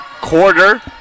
quarter